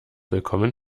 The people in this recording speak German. willkommen